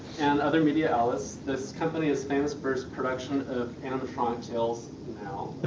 and other media outlets, this company is famous for its production of animatronic tails. now.